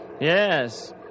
Yes